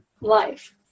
life